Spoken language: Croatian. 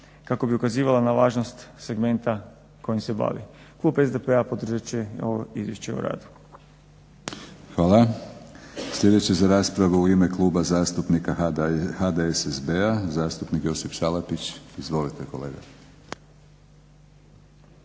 kako bi ukazivala na važnost segmenta kojim se bavi. Klub SDP-a podržat će ovo izvješće o radu. **Batinić, Milorad (HNS)** Hvala. Sljedeći za raspravu u ime kluba zastupnika HDSSB-a, zastupnik Josip Salapić. Izvolite kolega.